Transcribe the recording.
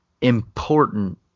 important